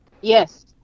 Yes